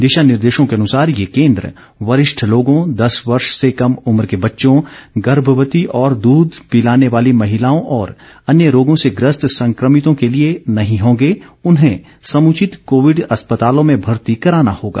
दिशा निर्देशों के अनुसार ये केन्द्र वरिष्ठ लोगों दस वर्ष से कम उम्र के बच्चों गर्भवती और दूध पिलाने वाली महिलाओं और अन्य रोगों से ग्रस्त संक्रमितों के लिए नहीं होंगे उन्हें समुचित कोविड अस्पतालों में भर्ती कराना होगा